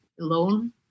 alone